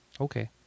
Okay